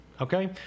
Okay